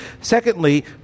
Secondly